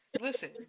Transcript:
Listen